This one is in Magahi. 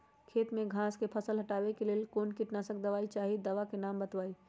खेत में घास के फसल से हटावे के लेल कौन किटनाशक दवाई चाहि दवा का नाम बताआई?